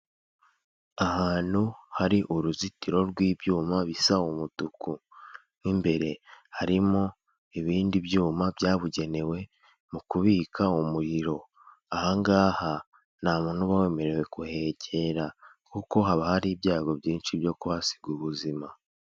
Ahantu hari uruzitiro rw'ibyuma bisa umutuku, mo imbere harimo ibindi byuma byabugenewe mu kubika umuriro, ahangaha nta muntu uba wemerewe kuhegera kuko haba hari ibyago byinshi byo kuhasiga ubuzima.